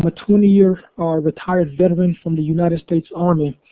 but twenty year retired veteran from the united states army.